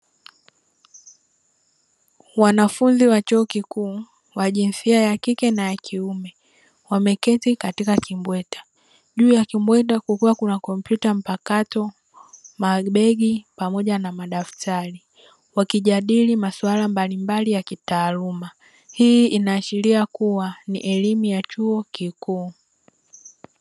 Wanafunzi wa chuo kikuu, wa jinsia ya kike na ya kiume; wameketi katika kimbweta. Juu ya kimbweta kukiwa kuna kompyuta mpakato, mabegi pamoja na madaftari, wakijadili masuala mbalimbali ya kitaaluma. Hii inaashiria kuwa ni elimu ya chuo kikuu.